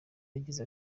yagize